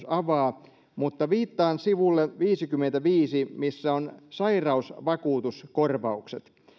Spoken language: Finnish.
avaa viittaan sivulle viisikymmentäviisi missä on sairausvakuutuskorvaukset